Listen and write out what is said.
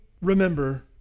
remember